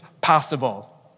possible